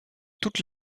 toutes